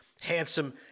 handsome